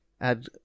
add